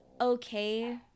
okay